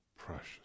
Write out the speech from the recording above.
Precious